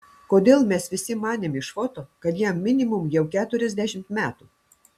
kodėl mes visi manėm iš foto kad jam minimum jau keturiasdešimt metų